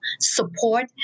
support